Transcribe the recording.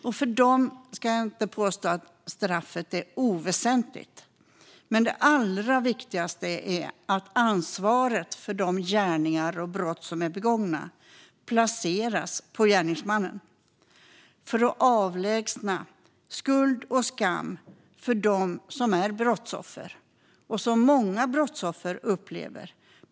Jag ska inte påstå att straffet är oväsentligt för dem, men det allra viktigaste är att ansvaret för begångna gärningar och brott placeras på gärningsmannen för att avlägsna skuld och skam för dem som är brottsoffer, som upplevs av många brottsoffer.